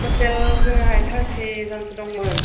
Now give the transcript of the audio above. टटेल जोङोहाय थार्टि जनसो दंमोन